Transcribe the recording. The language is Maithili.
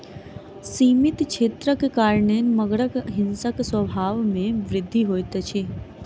सीमित क्षेत्रक कारणेँ मगरक हिंसक स्वभाव में वृद्धि होइत अछि